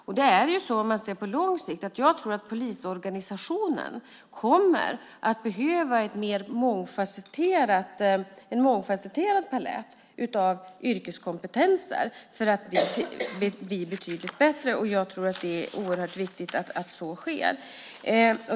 Om man ser på detta på lång sikt tror jag att polisorganisationen kommer att behöva en mångfasetterad palett av yrkeskompetenser för att bli bättre. Jag tror att det är oerhört viktigt att så också sker.